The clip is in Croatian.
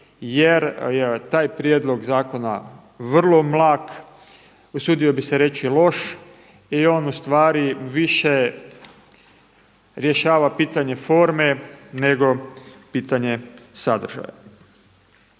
jer je taj prijedlog zakona vrlo mlak, usudio bih se reći loš i on više rješava pitanje forme nego pitanje sadržaja.